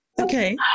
Okay